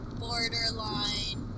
borderline